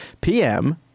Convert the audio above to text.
PM